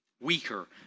weaker